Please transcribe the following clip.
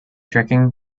tracking